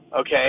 okay